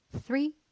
three